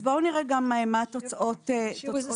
בואו נראה מהן תוצאות הבירור.